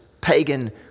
pagan